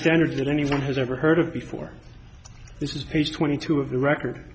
standard that anyone has ever heard of before this is page twenty two of the record